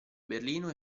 berlino